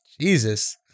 Jesus